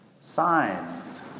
signs